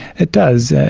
it does.